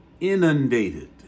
inundated